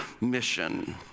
mission